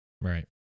Right